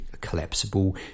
collapsible